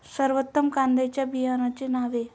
सर्वोत्तम कांद्यांच्या बियाण्यांची नावे?